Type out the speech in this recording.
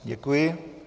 Děkuji.